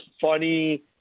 funny